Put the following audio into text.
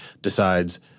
decides